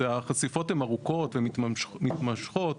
החשיפות הן ארוכות ומתמשכות,